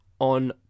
on